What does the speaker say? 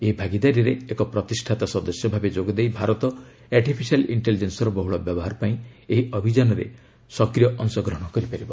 ଏହି ଭାଗିଦାରିରେ ଏକ ପ୍ରତିଷ୍ଠାତା ସଦସ୍ୟ ଭାବେ ଯୋଗଦେଇ ଭାରତ ଆର୍ଟିଫିସିଆଲ ଇକ୍ଷେଲିଜେନ୍ସର ବହୁଳ ବ୍ୟବହାର ପାଇଁ ଏହି ଅଭିଯାନରେ ସକ୍ରିୟ ଅଂଶ ଗ୍ରହଣ କରିପାରିବ